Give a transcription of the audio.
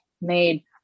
made